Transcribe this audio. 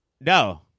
no